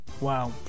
wow